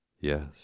Yes